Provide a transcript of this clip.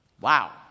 Wow